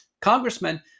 congressman